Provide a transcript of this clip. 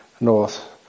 north